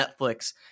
Netflix